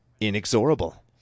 inexorable